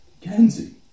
Kenzie